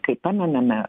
kaip pamename